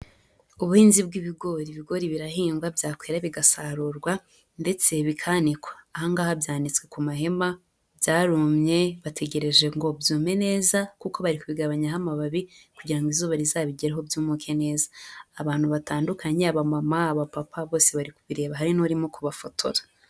Ubuhinzi bw'ibigori. Ibigori birahingwa byakwera bigasarurwa ndetse bikanikwa. Aha ngaha byanditse ku mahema byarumye bategereje ngo byume neza kuko bari kugabanyaho amababi kugira ngo izuba rizabigereho byumuke neza. Abantu batandukanye abamama, abapapa bose bari kubireba hari n'urimo kubafotora.